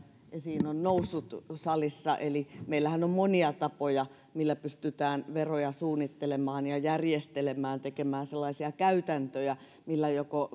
salissa on esiin noussut eli meillähän on monia tapoja millä pystytään veroja suunnittelemaan ja järjestelemään tekemään sellaisia käytäntöjä millä joko